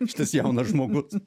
šitas jaunas žmogus